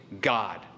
God